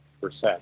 percent